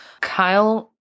Kyle